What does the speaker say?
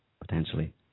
potentially